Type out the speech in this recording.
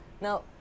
Now